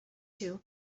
two